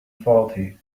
faulty